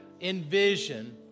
envision